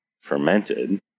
fermented